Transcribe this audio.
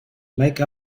make